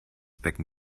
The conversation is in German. becken